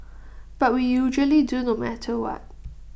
but we usually do no matter what